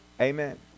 Amen